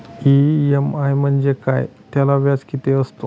EMI म्हणजे काय? त्याला व्याज किती असतो?